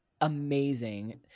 amazing